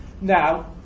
Now